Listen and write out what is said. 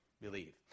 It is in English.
believe